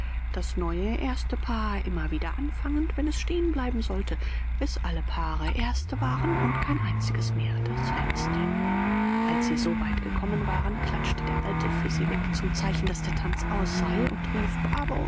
das neue erste paar immer wieder anfangend wenn es stehen bleiben sollte bis alle paare erste waren und kein einziges mehr das letzte als sie so weit gekommen waren klatschte der alte fezziwig zum zeichen daß der tanz aus sei und rief bravo